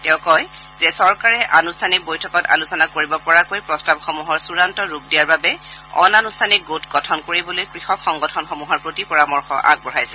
তেওঁ কয় যে চৰকাৰে আনুষ্ঠানিক বৈঠকত আলোচনা কৰিব পৰাকৈ প্ৰস্তাৱসমূহৰ চূড়ান্ত ৰূপ দিয়াৰ বাবে অনানুষ্ঠানিক গোট গঠন কৰিবলৈ কৃষক সংগঠনসমূহৰ প্ৰতি পৰামৰ্শ আগবঢ়াইছে